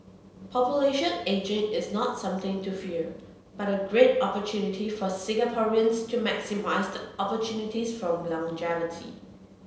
population ageing is not something to fear but a great opportunity for Singaporeans to maximise the opportunities from longevity